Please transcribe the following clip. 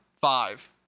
five